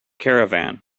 caravan